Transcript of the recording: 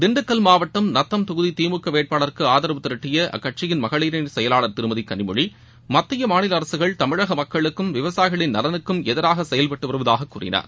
திண்டுக்கல் மாவட்டம் நத்தம் தொகுதி திமுக வேட்பாளருக்கு ஆதரவு திரட்டிய அக்கட்சியின் மகளிர் அனி செயலாளர் திருமதி கனிமொழி மத்திய மாநில அரசுகள் தமிழக மக்களுக்கும் விவசாயிகளின் நலனுக்கும் எதிராக செயல்பட்டு வருவதாக கூறினார்